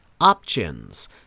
options